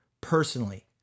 personally